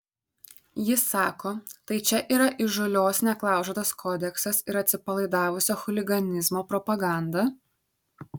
jis sako tai čia yra įžūlios neklaužados kodeksas ir atsipalaidavusio chuliganizmo propaganda